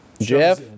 Jeff